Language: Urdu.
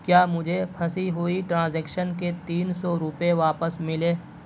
کیا مجھے پھسی ہوئی ٹرازیکشن کے تین سو روپئے واپس ملے